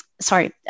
sorry